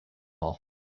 hall